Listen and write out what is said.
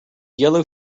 yellow